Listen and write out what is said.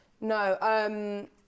No